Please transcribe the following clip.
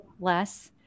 less